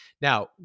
Now